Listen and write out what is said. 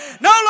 no